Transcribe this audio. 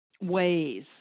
ways